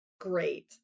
great